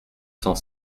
cent